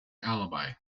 alibi